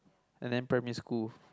and then primary school